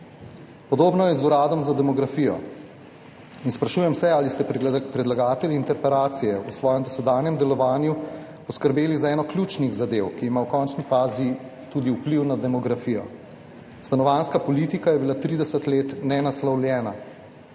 Podobno je z Uradom za demografijo in sprašujem se, ali ste predlagatelji interpelacije v svojem dosedanjem delovanju poskrbeli za eno ključnih zadev, ki ima v končni fazi tudi vpliv na demografijo. Stanovanjska politika je bila nenaslovljena